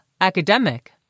academic